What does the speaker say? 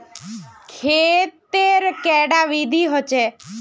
खेत तेर कैडा विधि होचे?